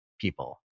people